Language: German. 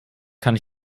kann